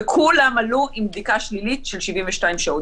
וכולם עלו עם בדיקה שלילית של 72 שעות.